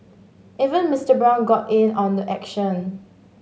even Mister Brown got in on the action